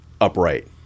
upright